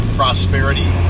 prosperity